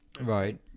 Right